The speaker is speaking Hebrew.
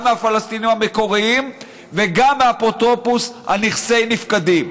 גם מהפלסטינים המקוריים וגם מהאפוטרופוס על נכסי נפקדים.